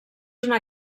una